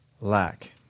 lack